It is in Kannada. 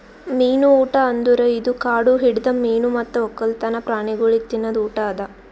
ಮೀನು ಊಟ ಅಂದುರ್ ಇದು ಕಾಡು ಹಿಡಿದ ಮೀನು ಮತ್ತ್ ಒಕ್ಕಲ್ತನ ಪ್ರಾಣಿಗೊಳಿಗ್ ತಿನದ್ ಊಟ ಅದಾ